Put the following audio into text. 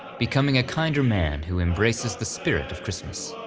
becoming a kinder man who embraces the spirit of christmas.